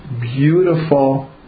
beautiful